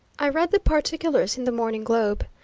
i read the particulars in the morning globe.